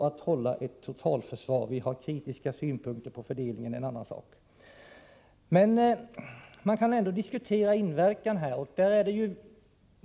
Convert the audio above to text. Det gäller också vårt parti, även om vi har kritiska synpunkter på fördelningen, men det är en annan sak. Man kan ändå diskutera den inverkan som dessa utgifter har.